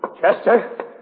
Chester